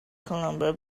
colombo